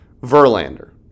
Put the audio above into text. Verlander